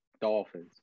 Dolphins